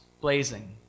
blazing